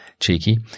Cheeky